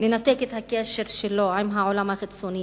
לנתק את הקשר שלהם עם העולם החיצוני